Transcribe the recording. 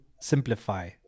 simplify